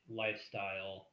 lifestyle